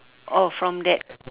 oh from that